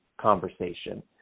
conversation